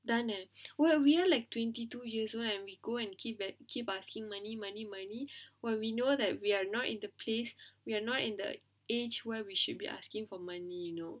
அதான:athana we're we're like twenty two years old and we go and keep at keep asking money money money when we know that we are not in the place we are not in the age where we should be asking for money you know